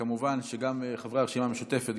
כמובן שגם חברי הרשימה המשותפת,